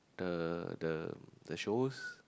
the the the shows